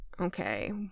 Okay